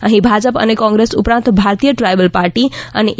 અફી ભાજપ અને કોંગ્રેસ ઉપરાંત Bharatiya Tribal Party અને એ